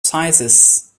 sizes